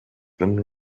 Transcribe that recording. been